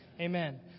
Amen